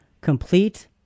Complete